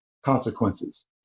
consequences